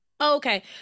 Okay